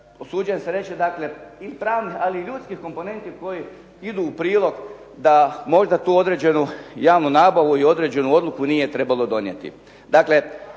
usuđujem se reći dakle i pravnih, ali i ljudskih komponenti koje idu u prilog da možda tu određenu javnu nabavu i određenu odluku nije trebalo donijeti.